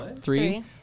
Three